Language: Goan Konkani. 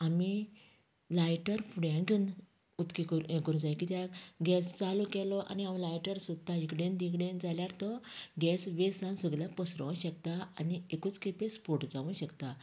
आमी लायटर फुड्यान घेवन उक्ती हें करूंक जाय कित्याक गॅस चालू केलो आनी हांव लायटर सोदतां हिकडेन तिकडेन जाल्यार तो गॅस वेस्ट जावन सगल्याक पसरोंक शकता आनी एकूच खेपेक स्पोट जावंक शकता